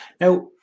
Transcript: Now